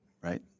right